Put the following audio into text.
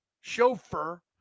chauffeur